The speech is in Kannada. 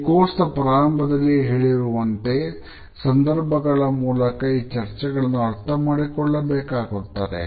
ಈ ಕೋರ್ಸ್ ನ ಪ್ರಾರಂಭದಲ್ಲಿಯೇ ಹೇಳಿರುವ ಸಂದರ್ಭಗಳ ಮೂಲಕ ಈ ಚರ್ಚೆಗಳನ್ನು ಅರ್ಥ ಮಾಡಿಕೊಳ್ಳಬೇಕಾಗುತ್ತದೆ